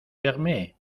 permet